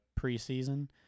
preseason